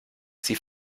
sie